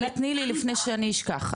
אבל תני לי לפני שאני אשכח,